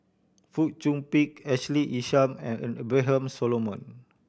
Fong Chong Pik Ashley Isham and Abraham Solomon